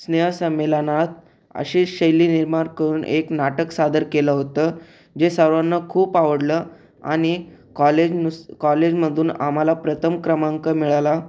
स्नेहसंमेलनात अशी शैली निर्माण करून एक नाटक सादर केलं होतं जे सर्वांना खूप आवडलं आणि कॉलेज नुस कॉलेजमधून आम्हाला प्रथम क्रमांक मिळाला